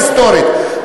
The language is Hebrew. היסטורית,